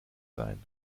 sein